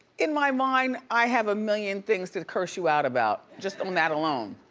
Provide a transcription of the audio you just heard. in my mind, i have a million things to curse you out about, just on that alone.